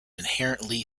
inherently